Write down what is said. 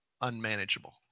unmanageable